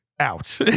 out